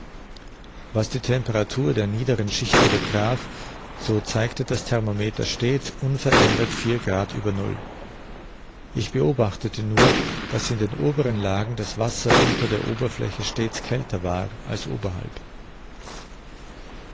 was die temperatur der niederen schichten betraf so zeigte das thermometer stets unverändert vier grad über null ich beobachtete nur daß in den oberen lagen das wasser unter der oberfläche stets kälter war als oberhalb